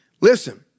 listen